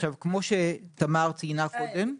כמו שתמר ציינה קודם,